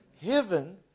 heaven